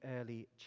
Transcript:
early